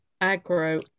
agro